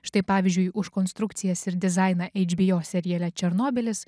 štai pavyzdžiui už konstrukcijas ir dizainą hbo seriale černobylis